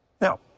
Now